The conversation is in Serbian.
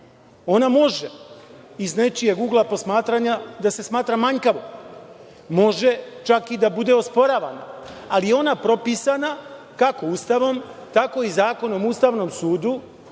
Ona može iz nečijeg ugla posmatranja da se smatra manjkavom. Može čak i da bude osporavana, ali je ona propisana kako Ustavom tako i Zakonom o Ustavnom sudu,